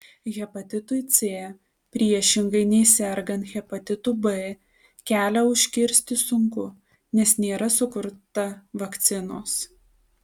hepatitui c priešingai nei sergant hepatitu b kelią užkirsti sunku nes nėra sukurta vakcinos